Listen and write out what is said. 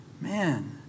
Man